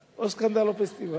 או סקנדל או פסטיבל.